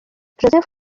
joseph